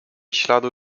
śladu